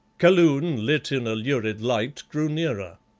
kaloon, lit in a lurid light, grew nearer.